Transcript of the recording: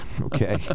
okay